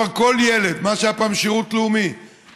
מה שהיה פעם שירות לאומי,